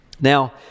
Now